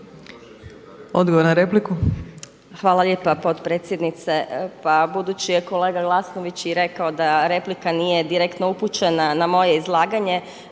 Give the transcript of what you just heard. Odgovor na repliku.